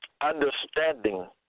Understanding